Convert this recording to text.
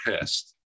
pissed